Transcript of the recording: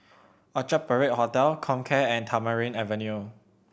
Orchard Parade Hotel Comcare and Tamarind Avenue